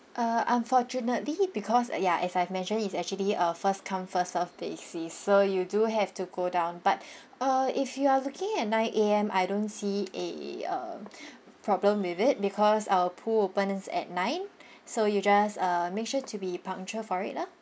uh unfortunately because uh ya as I've mentioned it's actually a first come first served basis so you do have to go down but uh if you are looking at nine A_M I don't see a um problem with it because our pool opens at nine so you just uh make sure to be punctual for it lah